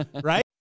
right